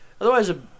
Otherwise